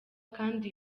kandi